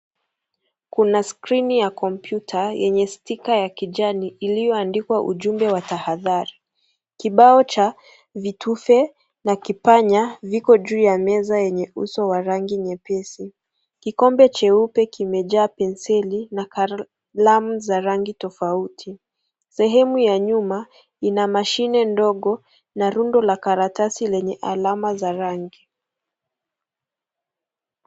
Kuna skrini ya kompyuta, yenye stika ya kijani, iliyoandikwa ujumbe wa tahadhari. Kibao cha vitufe na kipanya viko juu ya meza yenye uso wa rangi nyepesi. Kikombe cheupe kimejaa penseli na kalamu za rangi tofauti. Sehemu ya nyuma, ina mashine ndogo na rundo la karatasi zenye alama za rangi.